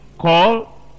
call